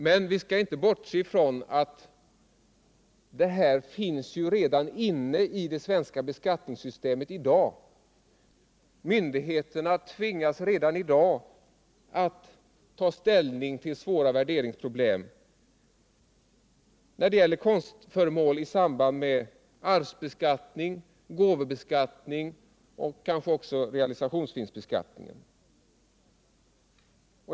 Men vi skall inte bortse från att det här redan finns med i det svenska beskattningssystemet av i dag. Myndigheterna tvingas redan nu att ta ställning till svåra värderingsproblem när det gäller konstföremål i samband Realisationsvinstbeskattningen med arvsbeskattning, gåvobeskattning och realisationsvinstbeskattning.